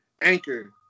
Anchor